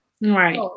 Right